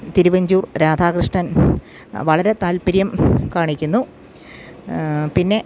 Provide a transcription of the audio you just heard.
തിരുവഞ്ചൂർ രാധാകൃഷ്ണൻ വളരെ താല്പര്യം കാണിക്കുന്നു പിന്നെ